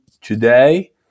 today